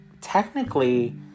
technically